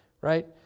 right